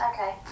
okay